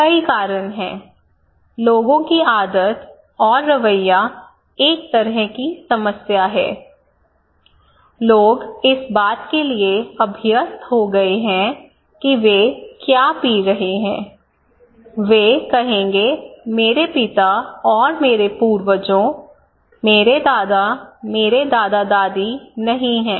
कई कारण हैं लोगों की आदत और रवैया एक तरह की समस्या है लोग इस बात के लिए अभ्यस्त हो गए कि वे क्या पी रहे हैं वे कहेंगे मेरे पिता और मेरे पूर्वजों मेरे दादा मेरे दादा दादी नहीं हैं